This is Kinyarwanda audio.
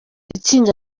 itsinda